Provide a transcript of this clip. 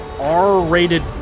R-rated